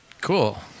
Cool